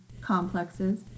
complexes